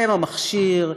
הם המכשיר,